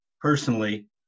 personally